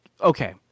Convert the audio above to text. okay